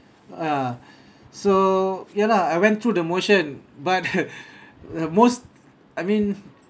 ah so ya lah I went through the motion but the most I mean